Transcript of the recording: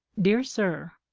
dear sir,